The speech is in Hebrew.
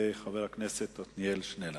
חבר הכנסת עתניאל שנלר.